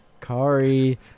Kari